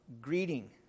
greeting